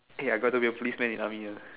okay I got to be a policeman in army ah